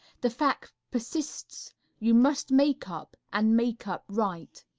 the fact persists you must makeup, and makeup right.